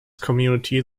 community